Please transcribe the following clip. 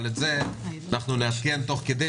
אבל את זה אנחנו נארגן תוך כדי,